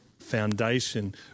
foundation